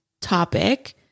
topic